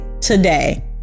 today